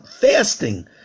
fasting